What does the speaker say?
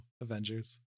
avengers